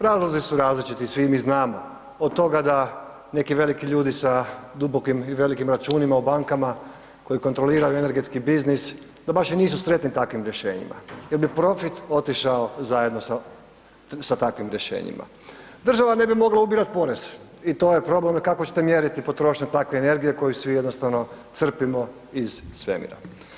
Razlozi su različiti, svi mi znamo od toga da neki veliki ljudi sa dubokim i veliki računima u bankama koji kontroliraju energetski biznis, da baš i nisu sretni takvim rješenjima jer bi profit otišao zajedno sa takvim rješenjima, država ne bi mogla ubirat porez i to je problem kako ćete mjeriti potrošnju takve energije koju svi jednostavno crpimo iz svemira.